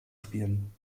spielen